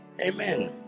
Amen